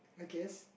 I guess